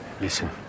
listen